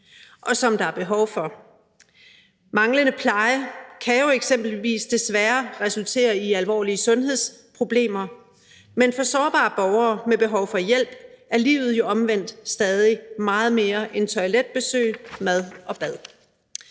og som der er behov for. Manglende pleje kan jo eksempelvis desværre resultere i alvorlige sundhedsproblemer, men for sårbare borgere med behov for hjælp er livet jo omvendt stadig meget mere end toiletbesøg, mad og bad.